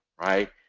right